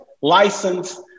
license